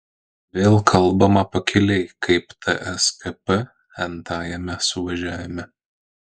vėl kalbama pakiliai kaip tskp n tajame suvažiavime